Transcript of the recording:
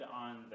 on